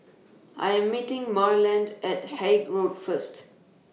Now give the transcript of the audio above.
I Am meeting Marland At Haig Road First